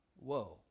Whoa